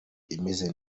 imeze